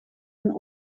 een